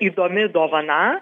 įdomi dovana